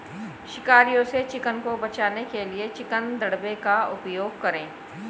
शिकारियों से चिकन को बचाने के लिए चिकन दड़बे का उपयोग करें